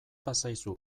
bazaizu